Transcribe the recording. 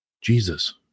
Jesus